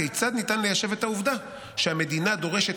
כיצד ניתן ליישב את העובדה שהמדינה דורשת